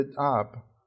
up